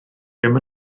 ddim